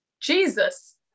Jesus